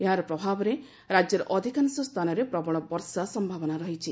ଏହାର ପ୍ରଭାବରେ ରାଜ୍ୟର ଅଧିକାଂଶ ସ୍ସାନରେ ପ୍ରବଳ ବର୍ଷା ସ୍ୟାବନା ରହିଛି